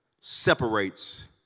separates